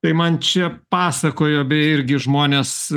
tai man čia pasakojo beje irgi žmonės